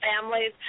families